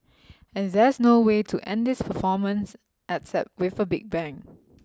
and there's no way to end this performance except with a big bang